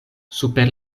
super